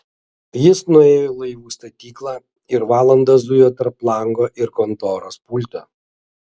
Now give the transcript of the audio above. jis nuėjo į laivų statyklą ir valandą zujo tarp lango ir kontoros pulto